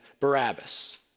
Barabbas